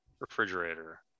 refrigerator